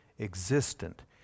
existent